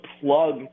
plug